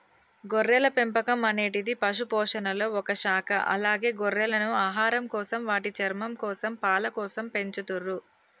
గొర్రెల పెంపకం అనేటిది పశుపోషణలొ ఒక శాఖ అలాగే గొర్రెలను ఆహారంకోసం, వాటి చర్మంకోసం, పాలకోసం పెంచతుర్రు